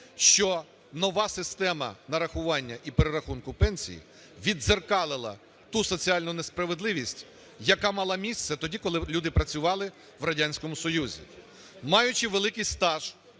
що нова система нарахування і перерахунку пенсій віддзеркалила ту соціальну несправедливість, яка мала місце тоді, коли люди працювали в Радянському Союзі. Маючи великий стаж